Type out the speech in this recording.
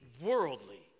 worldly